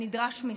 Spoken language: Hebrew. הנדרש משרים.